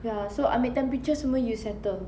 ya so ambil temperature semua you settle